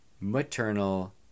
maternal